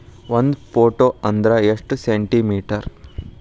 ಒಂದು ಫೂಟ್ ಅಂದ್ರ ಎಷ್ಟು ಸೆಂಟಿ ಮೇಟರ್?